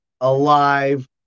alive